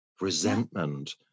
resentment